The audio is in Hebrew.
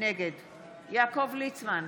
נגד יעקב ליצמן,